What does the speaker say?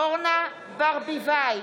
אורנה ברביבאי,